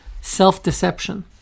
Self-deception